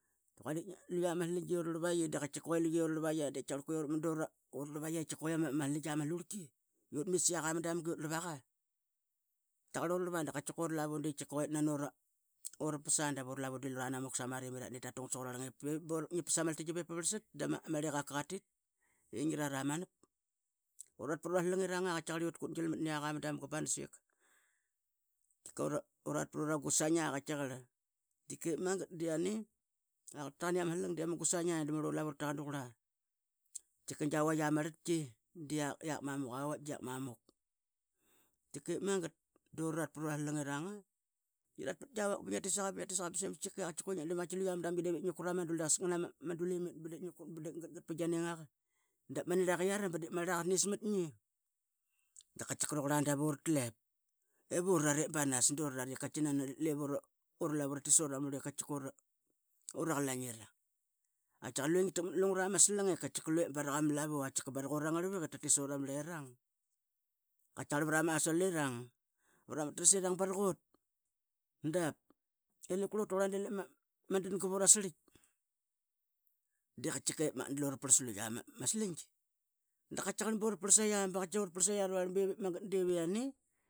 Nap di qatkiqa ama slingia ma slurlki. Tkiaqarl utmit siaqa ma damga I utrlava qa tkiaqarl ura rlava dava ralavu di tkiqa due itnani ura pasa davu ra lavu di lura namuk sama rim irat dan I tatu ngat sak urarlang. Ip bin gi pas ama atlingi bingia parlsat da ma rliqaka qa tit ngi rara manap. Urarat pru ra lingirany qatkiqarl ura qut gil mat niaq a damga I ama slang di ama gusaing a. I damurl ura lavu ra taqan tauqurla tkiqa gia vaitk ia ma rlatki di giak mamuk avaitk di iak mamuk. Tkiqep magat du rarat pru ra slingirang a ngi rat pat giavak ba ngia tit sa qa ba ngia tit sa qa ba simanap. Que ngiat drlam I lua ma damgi di vip ngi qura ma dul ngna ma dul imit ba dip ngi qura ba dip gatgat pa gia ninga qa. Dap ma nirlaqiara ba dip ma nirlaqa qa snis mat ngi tkiqa que rauqurla dap ura tlep. I vurarat ip banas durarat ip ura lavu ratit sura marlu ratit sura marlu I qatkiqa ura qlaingirang nani ngia taqmat na lunggra ma slang ip barak ma lavu qatkiqa barak ura ngarlviq ip tatit sura marlerang. Qatkiaqarl pra ma asolirang pra ma trasirang barak ut dap. I lep qurlut tauqurla di lep ma danga pu ra sirlitk da qatkiqep magat dlu ra parl sa luia ma slingi. Da qatkiqarl bu ra parl saia bu ra parl saia rural de magat divia ne.